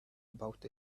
about